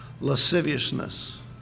lasciviousness